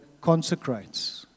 consecrates